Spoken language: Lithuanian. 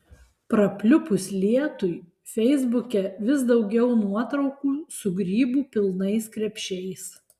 prapliupus lietui feisbuke vis daugiau nuotraukų su grybų pilnais krepšiais